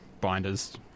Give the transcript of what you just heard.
binders